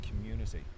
community